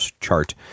chart